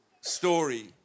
story